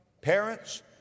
Parents